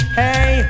hey